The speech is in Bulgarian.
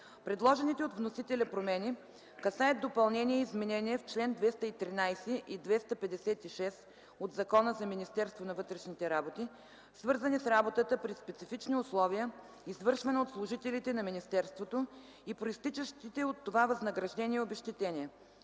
Предложените от вносителя промени касаят допълнения и изменения в чл. 213 и 256 от Закона за Министерството на вътрешните работи, свързани с работата при специфични условия, извършвана от служителите на министерството и произтичащите от това възнаграждения и обезщетения.